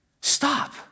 Stop